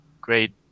great